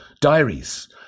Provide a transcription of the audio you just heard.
diaries